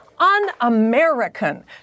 un-American